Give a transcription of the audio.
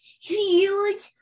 huge